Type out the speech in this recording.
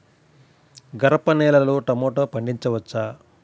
గరపనేలలో టమాటా పండించవచ్చా?